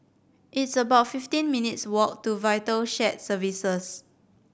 it's about fifteen minutes walk to Vital Shared Services